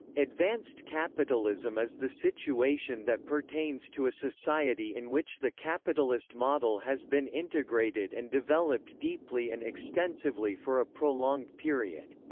advanced capitalism is the situation that pertains to a society in which the capitalist model has been integrated and developed deeply and extensively for a prolonged period.